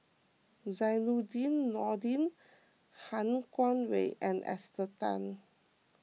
Zainudin Nordin Han Guangwei and Esther Tan